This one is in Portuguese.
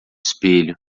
espelho